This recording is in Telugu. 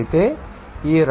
అయితే ఈ రాబోయే 0